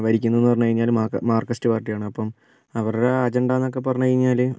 ഭരിക്കുന്നതെന്ന് പറഞ്ഞുകഴിഞ്ഞാൽ മാർ മാർകിസ്റ്റ് പാർട്ടിയാണ് അപ്പോൾ അവരുടെ അജണ്ടന്നൊക്കെ പറഞ്ഞുകഴിഞ്ഞാൽ